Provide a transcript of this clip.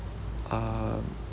uh